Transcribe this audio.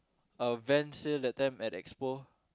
uh Vans sale that time at Expo